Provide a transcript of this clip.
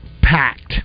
packed